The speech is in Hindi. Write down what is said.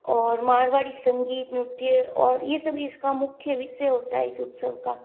और मारवाड़ी संगीत नृत्य और ये सभी इसका मुख्य विषय होता है इस उत्सव का